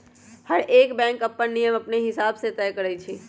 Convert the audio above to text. हरएक बैंक अप्पन नियम अपने हिसाब से तय करई छई